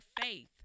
faith